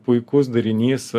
puikus derinys